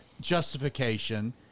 justification